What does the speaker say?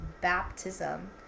Baptism